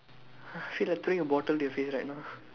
feel like throwing a bottle to your face right now